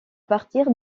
partir